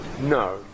No